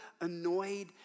annoyed